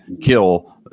kill